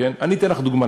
אני אתן לך דוגמה,